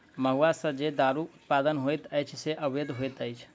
महुआ सॅ जे दारूक उत्पादन होइत अछि से अवैध होइत अछि